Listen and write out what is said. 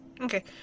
Okay